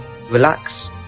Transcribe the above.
relax